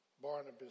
Barnabas